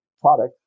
product